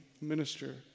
minister